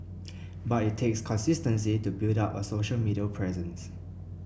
but it takes consistency to build up a social middle presence